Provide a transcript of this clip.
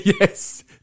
Yes